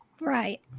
Right